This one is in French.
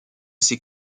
ses